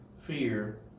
fear